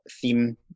theme